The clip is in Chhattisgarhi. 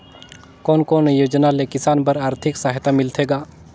कोन कोन योजना ले किसान बर आरथिक सहायता मिलथे ग?